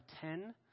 ten